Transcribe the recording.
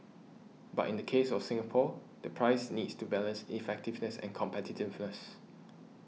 but in the case of Singapore the price needs to balance effectiveness and competitiveness